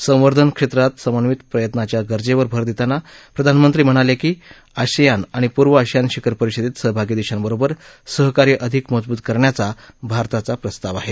संवर्धन क्षेत्रात समन्वित प्रयत्नाच्या गरजेवर भर देताना प्रधानमंत्री म्हणाले की आसियान आणि पूर्व आसियान शिखर परिषदेत सहभागी देशांबरोबर सहकार्य अधिक मजबूत करण्याचा भारताचा प्रस्ताव आहे